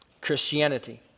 Christianity